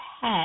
head